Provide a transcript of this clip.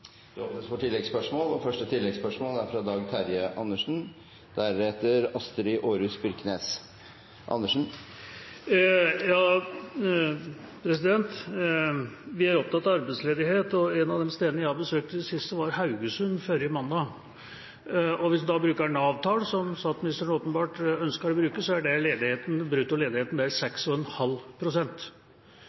Det åpnes for oppfølgingsspørsmål – først Dag Terje Andersen. Vi er opptatt av arbeidsledighet, og ett av stedene jeg har besøkt i det siste, var Haugesund forrige mandag. Og hvis en da bruker Nav-tall, som statsministeren åpenbart ønsker å bruke, er brutto ledighet 6,5 pst. Det